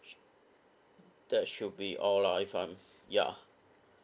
that should be all lah if I'm ya